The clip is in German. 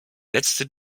letzte